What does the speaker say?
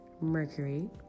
Mercury